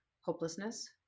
hopelessness